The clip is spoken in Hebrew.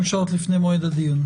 לפני מועד הדיון."